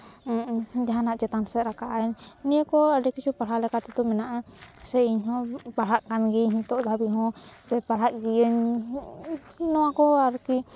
ᱡᱟᱦᱟᱱᱟᱜ ᱪᱮᱛᱟᱱ ᱥᱮᱫ ᱨᱟᱠᱟᱵ ᱟᱭ ᱱᱤᱭᱟᱹ ᱠᱚ ᱟᱹᱰᱤ ᱠᱤᱪᱷᱩ ᱯᱟᱲᱦᱟᱣ ᱞᱮᱠᱟᱛᱮᱫᱚ ᱢᱮᱱᱟᱜᱼᱟ ᱥᱮ ᱤᱧ ᱦᱚᱸ ᱯᱟᱲᱦᱟᱜ ᱠᱟᱱ ᱜᱤᱭᱟᱹᱧ ᱱᱤᱛᱳᱜ ᱫᱷᱟᱹᱵᱤᱡ ᱦᱚᱸ ᱥᱮ ᱯᱟᱟᱲᱦᱟᱜ ᱜᱤᱭᱟᱹᱧ ᱱᱚᱣᱟ ᱠᱚ ᱟᱨᱠᱤ